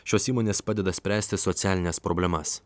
šios įmonės padeda spręsti socialines problemas